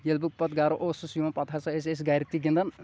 ییٚلہِ بہٕ پتہٕ گرٕ اوسُس یِوان پتہٕ ہسا ٲسۍ أسۍ گرِ تہِ گِنٛدان